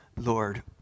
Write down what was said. Lord